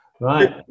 Right